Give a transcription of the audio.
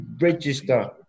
register